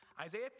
Isaiah